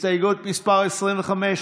הסתייגות מס' 24,